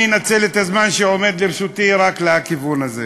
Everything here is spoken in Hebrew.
אני אנצל את הזמן שעומד לרשותי רק לכיוון הזה.